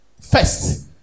first